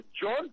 John